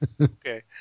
Okay